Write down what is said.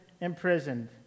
imprisoned